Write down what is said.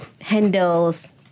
handles